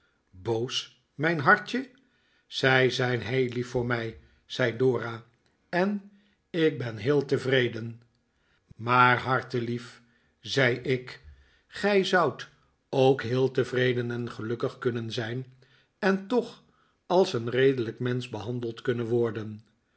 boos mijn hartje zij zijn heel lief voor mij zei dora en ik ben heel tevreden maar hartjelief zei ik gij zoudt ook heel tevreden en gelukkig kunnen zijn en toch als een redelijk mensch behandeld kunnen worden